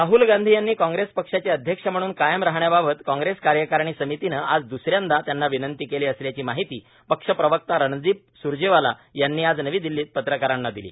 राहल गांधी यांनी कॉग्रक्ष पक्षाच अध्यक्ष म्हणून कायम राहण्याबाबत कॉग्रक्ष कार्यकारिणी समितीनं आज द्सऱ्यांदा त्यांना विनंती कास्री असल्याची माहिती पक्ष प्रवक्ता रणदीप स्रजप्राला यांनी आज नवी दिल्लीत पत्रकारांना दिली